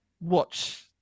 watch